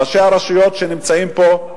ראשי הרשויות שנמצאים פה,